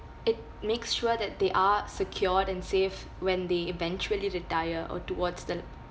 it makes sure that they are secured and safe when they eventually retire or towards the